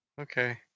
Okay